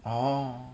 orh